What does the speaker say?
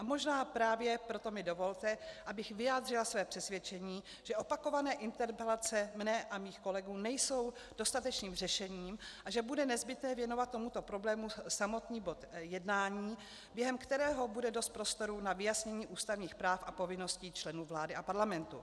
Možná právě proto mi dovolte, abych vyjádřila své přesvědčení, že opakované interpelace moje a mých kolegů nejsou dostatečným řešením a že bude nezbytné věnovat tomuto problému samotný bod jednání, během kterého bude dost prostoru na vyjasnění ústavních práv a povinností členů vlády a parlamentu.